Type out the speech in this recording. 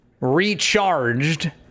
recharged